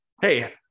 hey